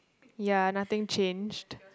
ya nothing changed